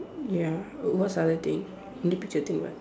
ya what's other thing in the picture thing what